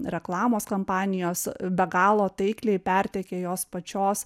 reklamos kampanijos be galo taikliai perteikė jos pačios